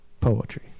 poetry